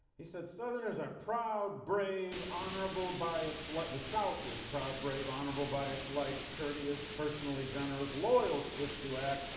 he said southerners are proud, brave, honorable by its like the south is proud, brave, honorable by its lights, courteous, personally generous, loyal, swift to act,